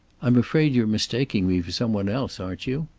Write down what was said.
i'm afraid you're mistaking me for some one else, aren't you?